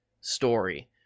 story